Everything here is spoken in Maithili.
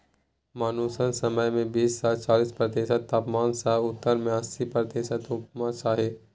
मानसुन समय मे बीस सँ चालीस प्रतिशत तापमान आ सत्तर सँ अस्सी प्रतिशत उम्मस चाही